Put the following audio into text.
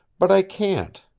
but i can't.